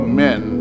men